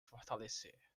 fortalecer